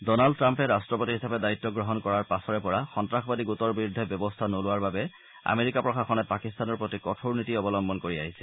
Donald টাম্পে ৰাট্টপতি হিচাপে দায়িত্ব গ্ৰহণ কৰাৰ পাছৰে পৰা সন্তাসবাদী গোটৰ বিৰুদ্ধে ব্যৱস্থা নোলোৱাৰ বাবে আমেৰিকা প্ৰশাসনে পাকিস্তানৰ প্ৰতি কঠোৰ নীতি অৱলম্বন কৰি আহিছে